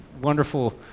wonderful